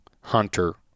hunter